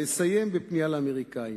אסיים בפנייה לאמריקנים.